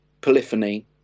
polyphony